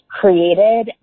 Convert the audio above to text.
created